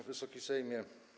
Wysoki Sejmie!